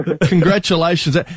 congratulations